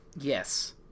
Yes